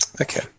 Okay